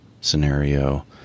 scenario